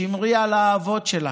שמרי על האהבות שלך,